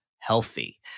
healthy